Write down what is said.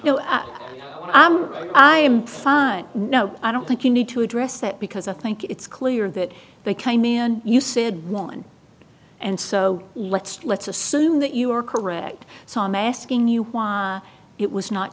i'm fine no i don't think you need to address that because i think it's clear that they came in and you said woman and so let's let's assume that you are correct so i'm asking you why it was not